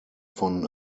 von